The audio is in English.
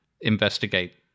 investigate